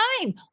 time